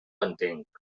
entenc